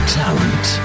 talent